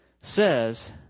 says